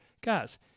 guys